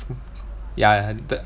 ya the